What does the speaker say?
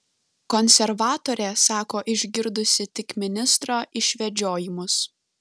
konservatorė sako išgirdusi tik ministro išvedžiojimus